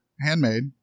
Handmade